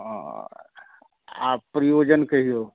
हँ आब प्रयोजन कहियौ